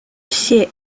все